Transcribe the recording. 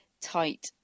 tight